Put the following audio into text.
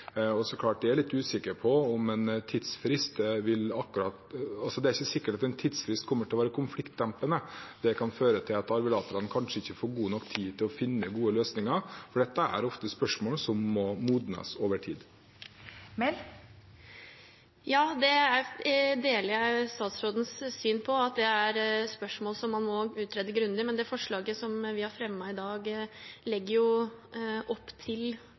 Det er ikke sikkert en tidsfrist kommer til å være konfliktdempende. Det kan føre til at arvelaterne kanskje ikke får god nok tid til å finne gode løsninger. Dette er ofte spørsmål som må modnes over tid. Jeg deler statsrådens syn på at dette er spørsmål som man må utrede grundig, men det forslaget som vi har fremmet i dag, legger jo opp til